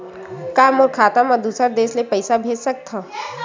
का मोर खाता म दूसरा देश ले पईसा भेज सकथव?